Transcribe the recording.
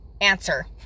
answer